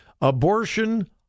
abortion